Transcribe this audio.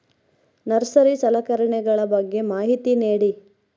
Nursery ಸಲಕರಣೆಗಳ ಬಗ್ಗೆ ಮಾಹಿತಿ ನೇಡಿ?